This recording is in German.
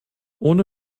ohne